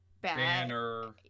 banner